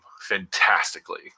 Fantastically